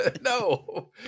no